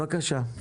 בבקשה.